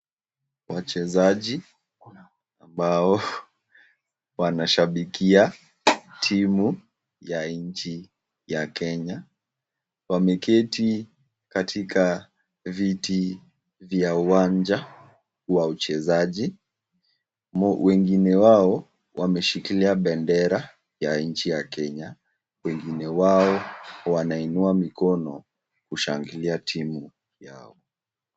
Wachezaji ambao wanashabikia timu ya nchi ya Kenya wameketi katika viti vya uwanja wa uchezaji, wengine wao wameshikilia bendera ya nchi ya Kenya, wengine wao wanainua mikono kushangilia timu yao.